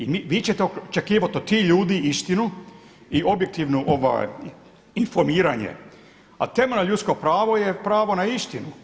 I vi ćete očekivati od tih ljudi istinu i objektivno informiranje a temeljno ljudsko pravo je pravo na istinu.